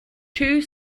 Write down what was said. two